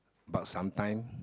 but sometime